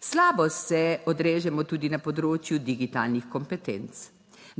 Slabo se odrežemo tudi na področju digitalnih kompetenc.